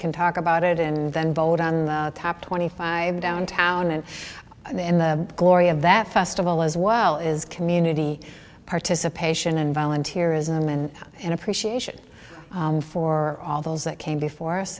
can talk about it and then vote on the top twenty five down town and in the glory of that festival as well is community participation and volunteerism and an appreciation for all those that came before us